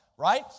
right